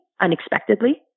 unexpectedly